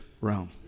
realm